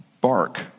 bark